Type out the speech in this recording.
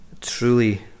truly